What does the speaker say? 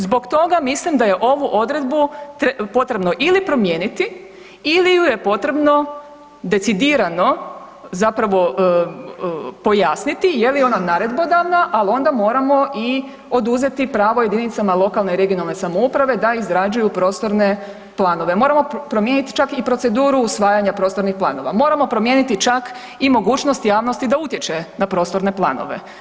Zbog toga mislim da je ovu odredbu potrebno ili promijeniti ili ju je potrebno decidirano zapravo pojasniti je li ona naredbodavna, ali onda moramo oduzeti pravo jedinicama lokalne i regionalne samouprave da izrađuju prostorne planove, moramo promijeniti čak i proceduru usvajanja prostornih planova, moramo promijeniti čak i mogućnost javnosti da utječe na prostorne planove.